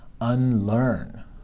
unlearn